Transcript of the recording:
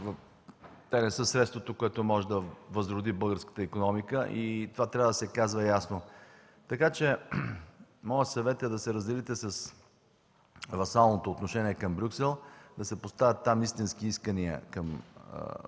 Те не са средството, което може да възроди българската икономика и това трябва да се казва ясно. Моят съвет е да се разделите с васалното отношение към Брюксел, да се поставят там истински искания към